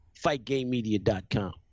fightgamemedia.com